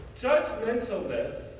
Judgmentalness